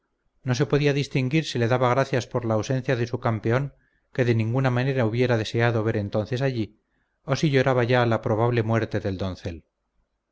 no se podía distinguir si le daba gracias por la ausencia de su campeón que de ninguna manera hubiera deseado ver entonces allí o si lloraba la ya probable muerte del doncel